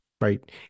right